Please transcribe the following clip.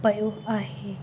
पियो आहे